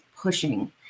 pushing